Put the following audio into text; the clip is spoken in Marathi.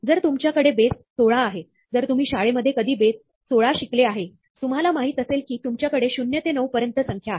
जर तुमच्याकडे बेस 16 आहे जर तुम्ही शाळेमध्ये कधी बेस 16 शिकले आहे तुम्हाला माहिती असेल की तुमच्याकडे 0 ते 9 पर्यंत संख्या आहे